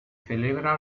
celebra